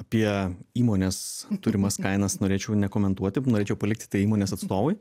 apie įmonės turimas kainas norėčiau nekomentuoti norėčiau palikti tai įmonės atstovui